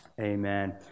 Amen